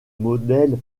modèle